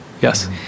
Yes